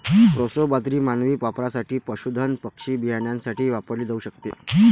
proso बाजरी मानवी वापरासाठी, पशुधन पक्षी बियाण्यासाठी वापरली जाऊ शकते